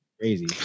crazy